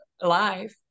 alive